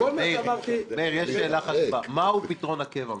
מאיר, יש שאלה חשובה, מהו פתרון הקבע מבחינתכם?